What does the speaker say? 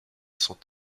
sont